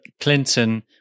Clinton